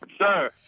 Sir